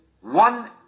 one